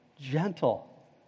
Gentle